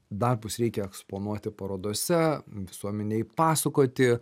darbus reikia eksponuoti parodose visuomenei pasakoti